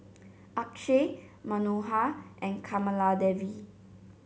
Akshay Manohar and Kamaladevi